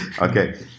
Okay